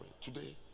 Today